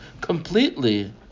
completely